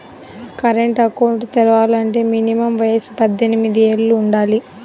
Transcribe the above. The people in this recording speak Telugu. కరెంట్ అకౌంట్ తెరవాలంటే మినిమం వయసు పద్దెనిమిది యేళ్ళు వుండాలి